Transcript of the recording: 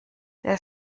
der